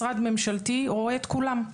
משרד ממשלתי רואה את כולם.